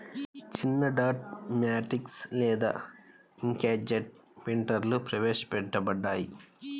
చిన్నడాట్ మ్యాట్రిక్స్ లేదా ఇంక్జెట్ ప్రింటర్లుప్రవేశపెట్టబడ్డాయి